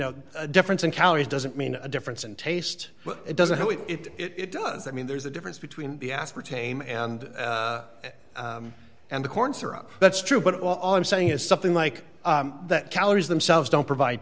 know difference in calories doesn't mean a difference in taste but it doesn't mean it does i mean there's a difference between the aspartame and and the corn syrup that's true but all i'm saying is something like that calories themselves don't provide